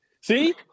See